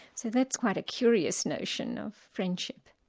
so that's quite a curious notion of friendship.